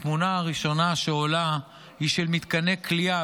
התמונה הראשונה שעולה היא של מתקני כליאה,